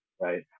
right